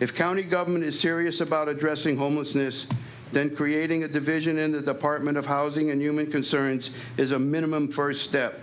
if county government is serious about addressing homelessness then creating a division in the apartment of housing and human concerns is a minimum first step